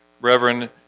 Reverend